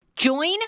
Join